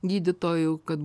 gydytojų kad